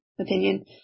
opinion